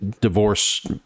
divorce